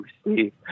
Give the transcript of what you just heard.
Steve